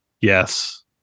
yes